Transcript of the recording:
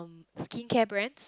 skincare brand